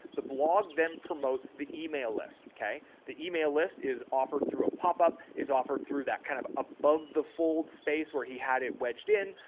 the blog then promotes the email list. okay. the email list is offered through a popup is offered through that kind of above the fold space, where he had it wedged in.